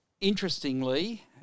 interestingly